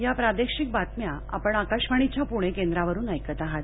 या प्रादेशिक बातम्या आपण आकाशवाणीच्या पुणे केंद्रावरून ऐकत आहात